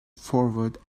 forward